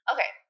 Okay